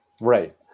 Right